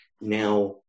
now